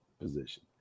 position